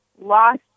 lost